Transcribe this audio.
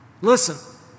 Listen